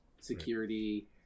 security